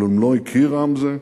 כלום לא הכיר עם זה?